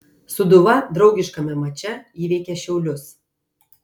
sūduva draugiškame mače įveikė šiaulius